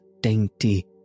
dainty